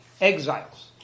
exiles